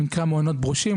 נקרא מעונות ברושים,